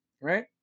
Right